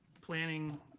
planning